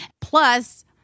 Plus